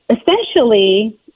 essentially